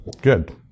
Good